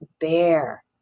bear